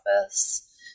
office